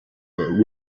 but